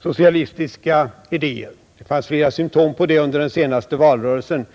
socialistiska idéer — det fanns flera symtom på det under den senaste valrörelsen.